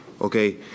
Okay